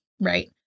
Right